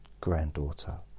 granddaughter